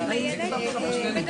הילד יקבל או לא